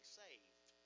saved